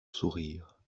sourire